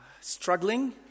struggling